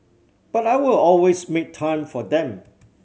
but I will always make time for them